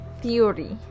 theory